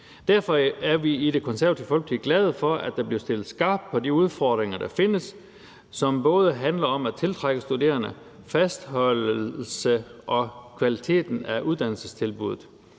Derfor er vi i Det Konservative Folkeparti glade for, at der bliver stillet skarpt på de udfordringer, der findes, som både handler om at tiltrække studerende, fastholdelse og kvaliteten af uddannelsestilbud.